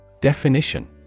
Definition